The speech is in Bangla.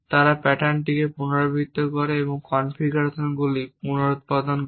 তারা প্যাটার্নটি পুনরাবৃত্তি করে এবং কনফিগারেশনগুলি পুনরুত্পাদন করে